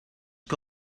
que